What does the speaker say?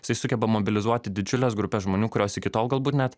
jisai sugeba mobilizuoti didžiules grupes žmonių kurios iki tol galbūt net